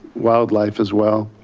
wildlife as well.